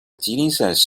吉林省